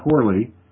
poorly